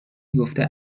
گفته